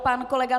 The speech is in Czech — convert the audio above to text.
Pan kolega